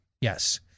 yes